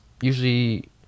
usually